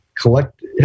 collect